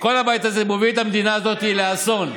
כל הבית הזה מוביל את המדינה הזאת לאסון.